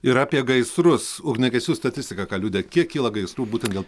ir apie gaisrus ugniagesių statistika ką liudija kiek kyla gaisrų būtent dėl